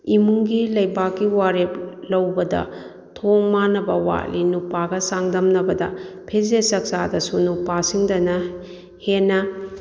ꯏꯃꯨꯡꯒꯤ ꯂꯩꯕꯥꯛꯀꯤ ꯋꯥꯔꯦꯞ ꯂꯧꯕꯗ ꯊꯣꯡ ꯃꯥꯅꯕ ꯋꯥꯠꯂꯤ ꯅꯨꯄꯥꯒ ꯆꯥꯡꯗꯝꯅꯕꯗ ꯐꯤꯖꯦꯠ ꯆꯥꯛꯆꯥꯗꯁꯨ ꯅꯨꯄꯥꯁꯤꯗꯅ ꯍꯦꯟꯅ